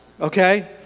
Okay